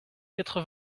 quatre